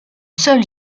seul